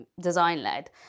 design-led